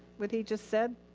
what he just said?